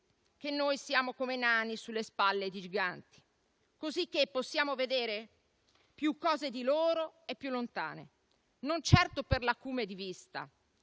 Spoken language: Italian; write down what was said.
che noi siamo come nani sulle spalle di giganti, cosicché possiamo vedere più cose di loro e più lontane, non certo per l'acume di vista